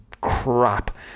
crap